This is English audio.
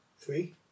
Three